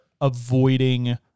avoiding